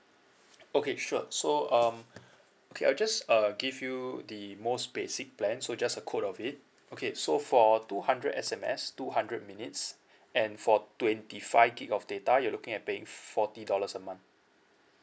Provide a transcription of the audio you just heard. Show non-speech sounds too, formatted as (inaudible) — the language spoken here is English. okay sure so um (breath) okay I just uh give you the most basic plan so just a quote of it okay so for two hundred S_M_S two hundred minutes and for twenty five gig of data you're looking at paying forty dollars a month